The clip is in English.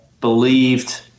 believed